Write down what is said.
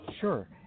Sure